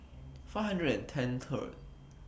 five hundred and ten Third